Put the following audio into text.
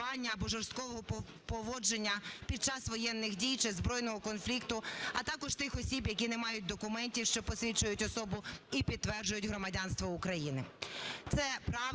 Дякую.